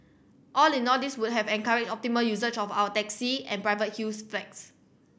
all in all this would have encourage optimal usage of our taxi and private hills flats